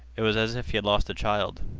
it was as if he had lost a child.